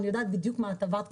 אני יודעת בדיוק מה את עברת,